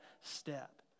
step